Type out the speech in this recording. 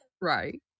right